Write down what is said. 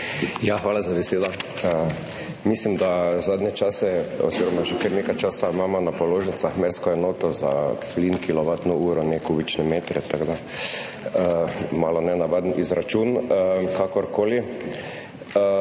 hvala za besedo. Mislim, da zadnje čase oziroma že kar nekaj časa imamo na položnicah mersko enoto za plin kilovatno uro, ne kubične metre, tako da, malo nenavaden izračun, kakorkoli.